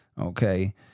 okay